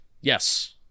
Yes